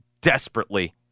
desperately